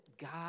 God